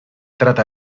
trata